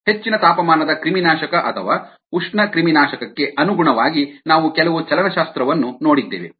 ಹೆಚ್ಚಿನ ತಾಪಮಾನದ ಕ್ರಿಮಿನಾಶಕ ಅಥವಾ ಉಷ್ಣ ಕ್ರಿಮಿನಾಶಕಕ್ಕೆ ಅನುಗುಣವಾಗಿ ನಾವು ಕೆಲವು ಚಲನಶಾಸ್ತ್ರವನ್ನು ನೋಡಿದ್ದೇವೆ